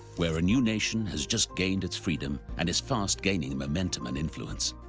where a new nation has just gained its freedom and is fast gaining in momentum and influence.